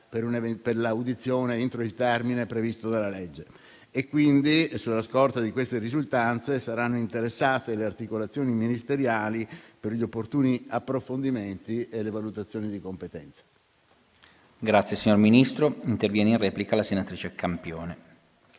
per l'audizione entro il termine previsto dalla legge. Sulla scorta di queste risultanze, saranno interessate le articolazioni ministeriali per gli opportuni approfondimenti e le valutazioni di competenza. PRESIDENTE. Ha facoltà di intervenire in replica la senatrice Campione,